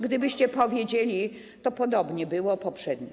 Gdybyście powiedzieli, podobnie było poprzednio.